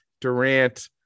Durant